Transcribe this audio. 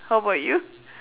how about you